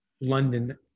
London